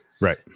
Right